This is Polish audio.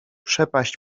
przepaść